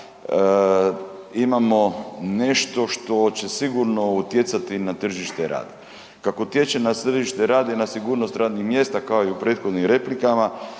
imamo nešto što će sigurno utjecati na tržište rada. Kako utječe na središte rada i na sigurnost radnih mjesta kao i u prethodnim replikama